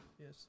Yes